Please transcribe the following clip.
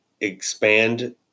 expand